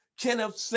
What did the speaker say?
Kenneth